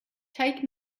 take